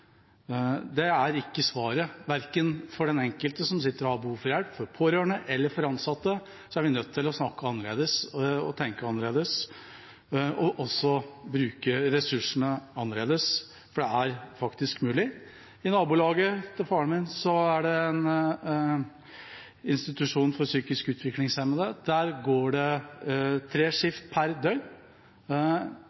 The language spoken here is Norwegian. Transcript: Det er ikke svaret, verken for den enkelte som sitter og har behov for hjelp, for pårørende eller for ansatte. Vi er nødt til å snakke annerledes, tenke annerledes og bruke ressursene annerledes, for det er faktisk mulig. I nabolaget til faren min er det en institusjon for psykisk utviklingshemmede. Der går det tre